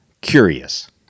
Curious